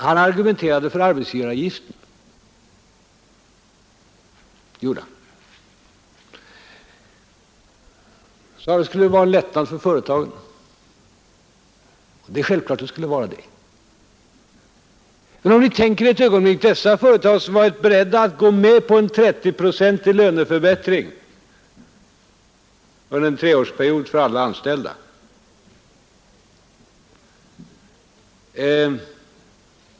Han argumenterade för slopande av arbetsgivaravgiften och sade att det skulle vara en lättnad för företagen. Det är självklart att det skulle vara det. Men låt oss tänka ett ögonblick på att dessa företag varit beredda att gå med på ungefär 30 procents löneförbättring under en treårsperiod för alla anställda.